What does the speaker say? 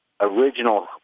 original